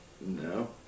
no